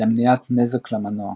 למניעת נזק למנוע.